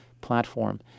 platform